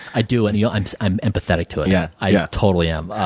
i do and you know i but i am empathetic to it. yeah i yeah totally am. ah